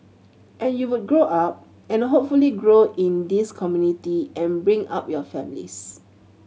and you would grow up and hopefully grow in this community and bring up your families